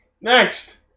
Next